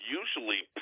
usually